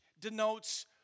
denotes